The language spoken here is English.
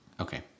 Okay